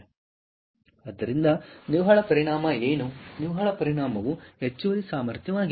ಆದ್ದರಿಂದ ನಿವ್ವಳ ಪರಿಣಾಮ ಏನು ನಿವ್ವಳ ಪರಿಣಾಮವು ಹೆಚ್ಚುವರಿ ಸಾಮರ್ಥ್ಯವಾಗಿದೆ